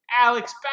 Alex